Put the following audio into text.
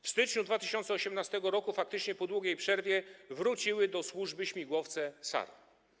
W styczniu 2018 r. faktycznie po długiej przerwie wróciły do służby śmigłowce SAR.